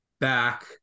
back